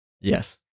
yes